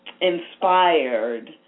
inspired